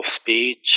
speech